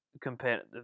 competitive